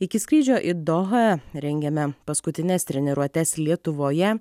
iki skrydžio į dohą rengiame paskutines treniruotes lietuvoje